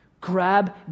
Grab